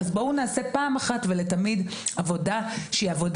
אז בואו נעשה פעם אחת ולתמיד עבודה אסטרטגית